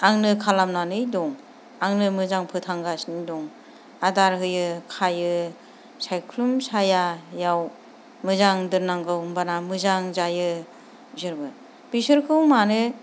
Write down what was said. आंनो खालामनानै दं आंनो मोजां फोथांगासिनो दं आदार होयो खायो सायख्लुम सायाआव मोजां दोननांगौ होनब्लाना मोजां जायो बिसोरबो बिसोरखौ मानो